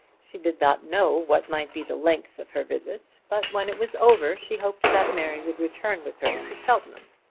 she did not know what might be the length of her visit, but when it was over she hoped that mary would return with her to cheltenham.